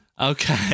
Okay